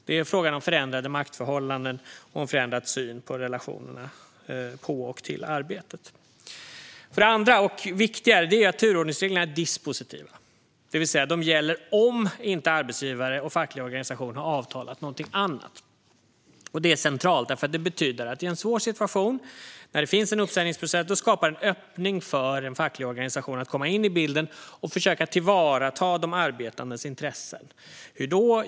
Det är fråga om förändrade maktförhållanden och en förändrad syn på relationerna på och till arbetet. För det andra, vilket är viktigare, är turordningsreglerna dispositiva, det vill säga att de gäller om inte arbetsgivare och facklig organisation har avtalat någonting annat. Det är centralt, eftersom det betyder att detta i en svår situation när det finns en uppsägningsprocess skapar en öppning för den fackliga organisationen att komma in i bilden och försöka tillvarata de arbetandes intressen. Hur då?